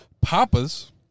Papa's